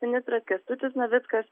ministras kęstutis navickas